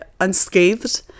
unscathed